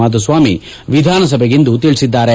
ಮಾಧುಸ್ವಾಮಿ ವಿಧಾನಸಭೆಗಿಂದು ತಿಳಿಸಿದರು